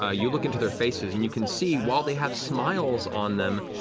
ah you look into their faces and you can see, while they have smiles on them,